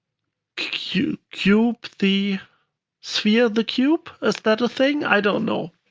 cube cube the sphere of the cube. is that a thing? i don't know.